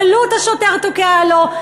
בקלות השוטר תוקע לו,